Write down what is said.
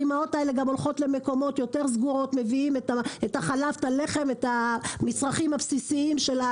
האימהות האלה הולכות למקומות יותר קטנים כדי להביא מצרכים בסיסיים.